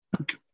Okay